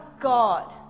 God